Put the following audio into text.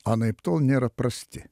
anaiptol nėra prasti